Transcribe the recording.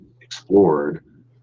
explored